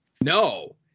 No